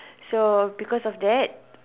so because of that